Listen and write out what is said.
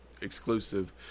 exclusive